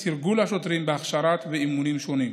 תרגול השוטרים בהכשרות ואימונים שונים,